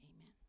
amen